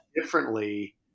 differently